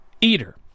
Eater